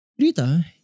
Rita